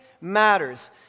matters